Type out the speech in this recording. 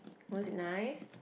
was it nice